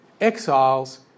Exiles